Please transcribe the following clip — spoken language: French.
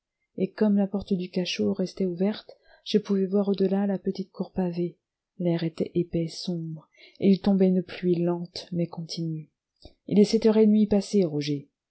et comme la porte du cachot restait ouverte je pouvais voir au delà la petite cour pavée l'air était épais et sombre et il tombait une pluie lente mais continue il est sept heures et demie passées roger